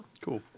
Cool